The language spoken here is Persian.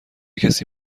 کسی